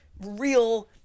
real